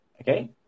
Okay